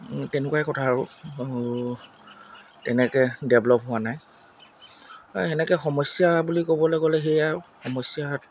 তেনেকুৱাই কথা আৰু আৰু তেনেকৈ ডেভলপ হোৱা নাই এই সেনেকৈ সমস্যা বুলি ক'বলৈ গ'লে সেয়াই আৰু সমস্যাত